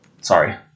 Sorry